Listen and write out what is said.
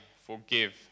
forgive